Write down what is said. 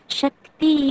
shakti